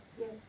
yes